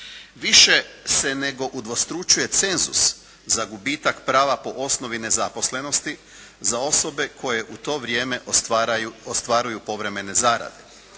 Više se nego udvostručuje cenzus za gubitak prava po osnovi nezaposlenosti za osobe koje u to vrijeme ostvaruju povremene zarade.